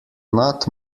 not